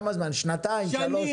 שנתיים, שלוש?